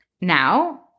Now